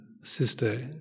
sister